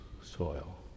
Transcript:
soil